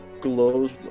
glows